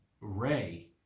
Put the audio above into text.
Ray